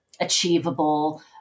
achievable